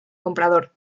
comprador